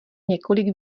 několik